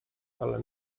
ale